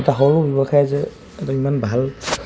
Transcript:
এটা সৰু ব্যৱসায় যে এটা ইমান ভাল